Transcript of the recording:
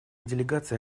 делегация